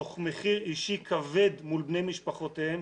תוך מחיר אישי כבד מול בני משפחותיהם